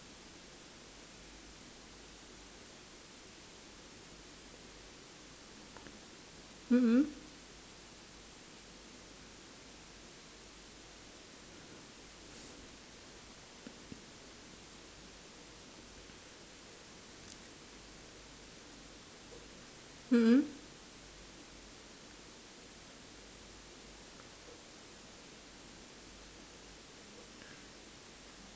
mmhmm